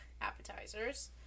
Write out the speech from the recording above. appetizers